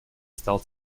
стал